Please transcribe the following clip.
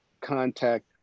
contact